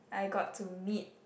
I got to meet